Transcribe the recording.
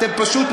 אתם פשוט,